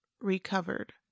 recovered